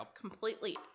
completely